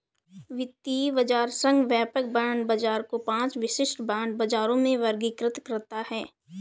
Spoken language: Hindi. वित्तीय बाजार संघ व्यापक बांड बाजार को पांच विशिष्ट बांड बाजारों में वर्गीकृत करता है